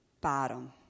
bottom